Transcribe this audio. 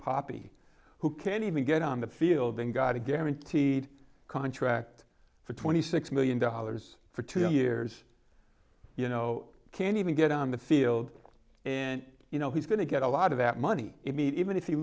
papi who can't even get on the field and got a guaranteed contract for twenty six million dollars for two years you know can't even get on the field and you know he's going to get a lot of that money it means even if he